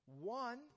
One